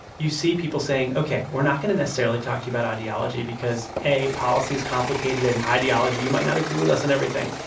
you see people saying, ok, we're not going to necessarily talk to you about ideology because, a, policy is complicated and ideology you might not agree with us on everything.